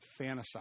fantasize